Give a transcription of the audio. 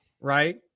right